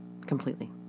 completely